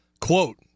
quote